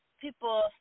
People